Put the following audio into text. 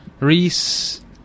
Reese